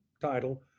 title